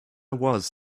was